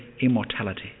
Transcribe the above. immortality